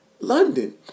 London